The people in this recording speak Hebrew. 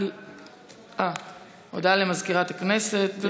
הודעה למזכירת הכנסת.